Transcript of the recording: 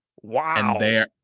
Wow